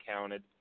counted